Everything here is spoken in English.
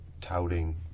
touting